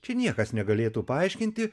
čia niekas negalėtų paaiškinti